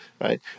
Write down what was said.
right